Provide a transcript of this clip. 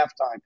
halftime